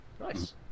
Nice